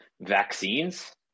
vaccines